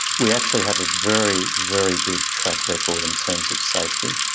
we actually have a very very good track record in terms of safety.